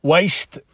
Waste